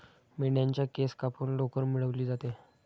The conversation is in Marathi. मेंढ्यांच्या केस कापून लोकर मिळवली जाते